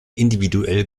individuell